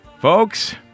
Folks